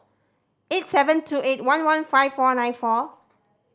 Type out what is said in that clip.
eight seven two eight one one five four nine four